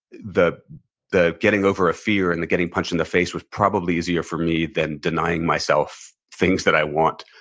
the the getting over a fear and the getting punched in the face was probably easier for me than denying myself things that i want.